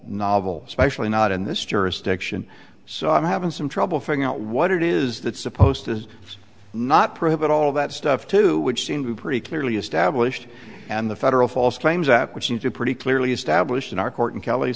novel especially not in this jurisdiction so i'm having some trouble figuring out what it is that supposed does not prohibit all that stuff to which seemed pretty clearly established and the federal false claims act which you pretty clearly established in our court and kelly